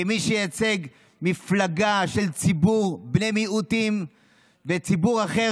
כמי שמייצג מפלגה של ציבור בני מיעוטים וציבור אחר,